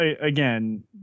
again